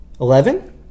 Eleven